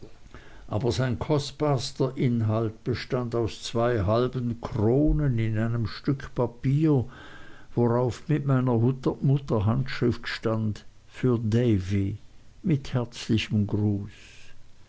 aber sein kostbarster inhalt bestand aus zwei halben kronen in einem stück papier worauf mit meiner mutter handschrift stand für davy mit herzlichem gruß